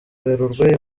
werurwe